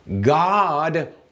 God